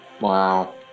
Wow